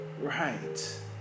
right